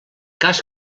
cas